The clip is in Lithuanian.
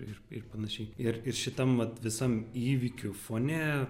ir ir panašiai ir ir šitam vat visam įvykių fone